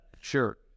sure